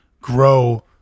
grow